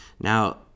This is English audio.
now